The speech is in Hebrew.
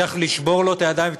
צריך לשבור לו את הידיים והרגליים.